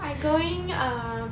I going uh